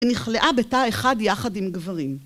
נכלאה בתא אחד יחד עם גברים.